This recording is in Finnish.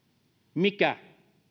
mikä